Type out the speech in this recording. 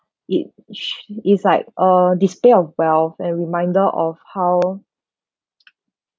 it sh~ it's like a display of wealth and reminder of how